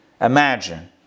Imagine